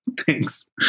Thanks